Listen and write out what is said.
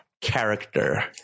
character